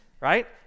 right